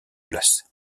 place